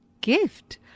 gift